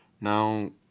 Now